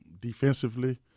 defensively